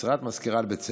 משרת מזכירה לבית הספר,